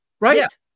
right